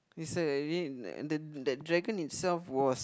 is the that Dragon itself was